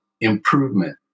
improvement